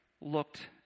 looked